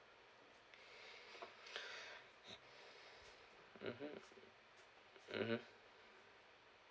mmhmm mmhmm